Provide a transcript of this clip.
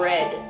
Red